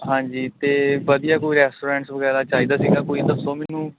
ਹਾਂਜੀ ਤੇ ਵਧੀਆ ਕੋਈ ਰੈਸਟੋਰੈਂਟਸ ਵਗੈਰਾ ਚਾਹੀਦਾ ਸੀਗਾ ਕੋਈ ਦੱਸੋ ਮੈਨੂੰ